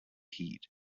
heat